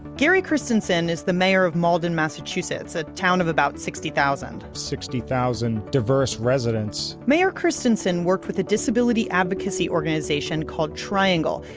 gary christensen is the mayor of malden, massachusetts. a town of about sixty thousand. sixty thousand diverse residents. mayor christiansen worked with a disability advocacy organization called triangle,